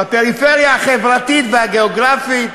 בפריפריה החברתית והגיאוגרפית,